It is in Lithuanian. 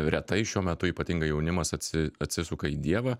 retai šiuo metu ypatingai jaunimas atsi atsisuka į dievą